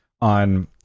on